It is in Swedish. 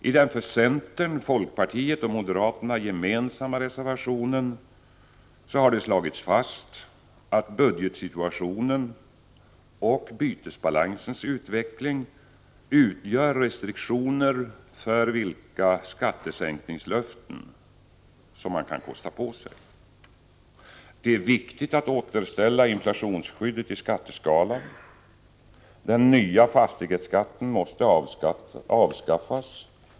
I den för centern, folkpartiet och moderaterna gemensamma reservationen har slagits fast att budgetsituationen och bytesbalansens utveckling utgör restriktioner för vilka skattesänkningslöften man kan kosta på sig. Det är viktigt att återställa inflationsskyddet i skatteskalan. Den nya fastighetsskatten måste avskaffas.